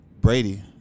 Brady